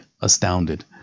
astounded